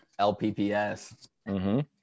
lpps